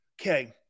Okay